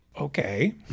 Okay